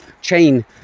chain